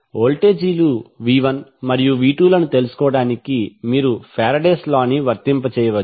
వోల్టేజీలు v1 మరియు v2 లను తెలుసుకోవడానికి మీరు ఫేరడేస్ లా Faraday's law ని వర్తింపజేయవచ్చు